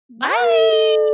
bye